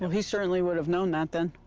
he certainly would've known that, then.